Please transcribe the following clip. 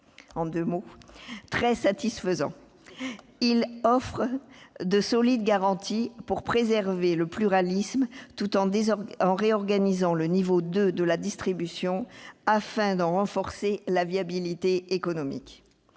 des équilibres très satisfaisants. Il offre de solides garanties pour préserver le pluralisme, tout en réorganisant le niveau 2 de la distribution, afin d'en renforcer la viabilité économique.